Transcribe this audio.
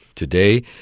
Today